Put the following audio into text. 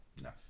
No